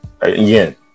again